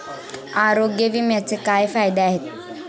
आरोग्य विम्याचे काय फायदे आहेत?